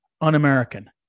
un-American